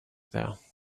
though